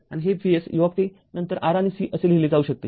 आणि हे Vsu नंतर R आणि C असे लिहिले जाऊ शकते